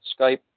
Skype